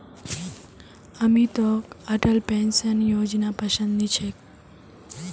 अमितक अटल पेंशन योजनापसंद नी छेक